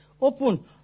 open